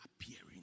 appearing